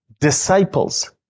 disciples